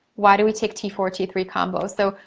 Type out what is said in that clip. why do we take t four, t three combo? so,